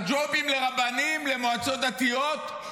על הג'ובים לרבנים, למועצות דתיות?